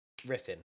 riffing